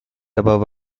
above